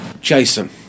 Jason